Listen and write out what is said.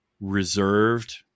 reserved